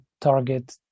target